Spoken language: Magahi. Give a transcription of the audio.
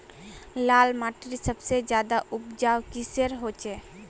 लाल माटित सबसे ज्यादा उपजाऊ किसेर होचए?